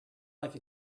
like